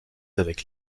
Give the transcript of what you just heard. avec